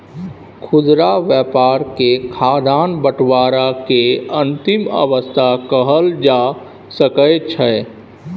खुदरा व्यापार के खाद्यान्न बंटवारा के अंतिम अवस्था कहल जा सकइ छइ